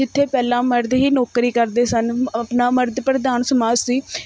ਜਿੱਥੇ ਪਹਿਲਾਂ ਮਰਦ ਹੀ ਨੌਕਰੀ ਕਰਦੇ ਸਨ ਆਪਣਾ ਮਰਦ ਪ੍ਰਧਾਨ ਸਮਾਜ ਸੀ